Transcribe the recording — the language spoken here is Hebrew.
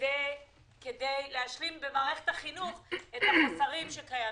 כדי להשלים במערכת החינוך את החוסרים שקיימים.